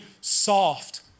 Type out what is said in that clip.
soft